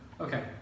Okay